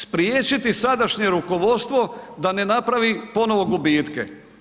Spriječiti sadašnje rukovodstvo da ne napravi ponovo gubitke.